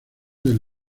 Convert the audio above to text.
del